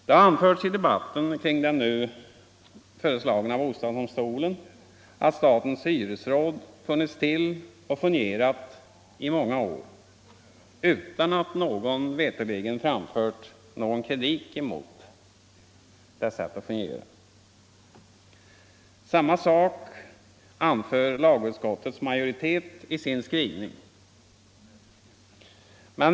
Det har anförts i debatten kring den föreslagna bostadsdomstolen att statens hyresråd funnits till och fungerat i många år utan att någon veterligen framfört någon kritik mot detta. Samma sak anför lagutskottets majoritet i sin skrivning.